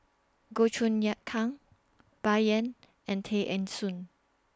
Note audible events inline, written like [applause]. Goh Choon [unintelligible] Kang Bai Yan and Tay Eng Soon